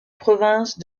province